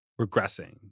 regressing